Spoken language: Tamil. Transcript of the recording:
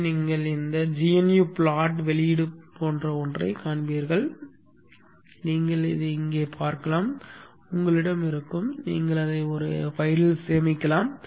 எனவே நீங்கள் இதை இந்த gnu ப்லாட் வெளியீடு போன்ற ஒன்றைக் காண்பீர்கள் நீங்கள் இங்கே பார்க்கலாம் உங்களிடம் இருக்கும் நீங்கள் அதை ஒரு கோப்பில் சேமிக்கலாம்